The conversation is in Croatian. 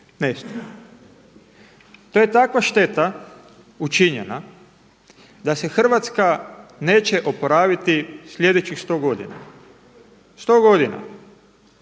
nestalo. To je takva šteta učinjena da se Hrvatska neće oporaviti sljedećih 100 godina. To su naši